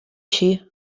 així